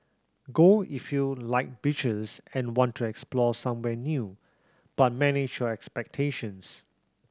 go if you like beaches and want to explore somewhere new but manage your expectations